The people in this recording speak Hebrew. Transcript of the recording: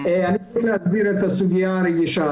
אני מרכז פיקוח בתחום בריאות הסביבה,